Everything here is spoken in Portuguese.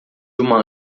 uma